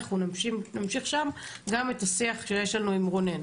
אנחנו נמשיך שם גם את השיח שיש לנו עם רונן.